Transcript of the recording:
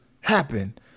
happen